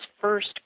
first